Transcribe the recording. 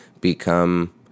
become